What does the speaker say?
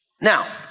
Now